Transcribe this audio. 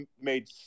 made